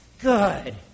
good